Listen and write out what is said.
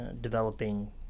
developing